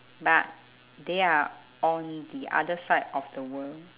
but they are on the other side of the world